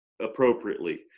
Appropriately